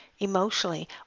Emotionally